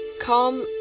calm